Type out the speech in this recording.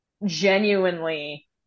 genuinely